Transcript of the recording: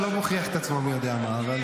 לא במשחק המכריע של הגמר.